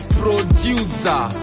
producer